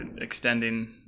extending